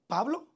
Pablo